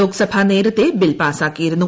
ലോക്സഭ നേരത്തെ ബിൽ പാ സാക്കിയിരുന്നു